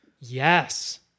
Yes